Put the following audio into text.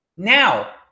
Now